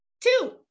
two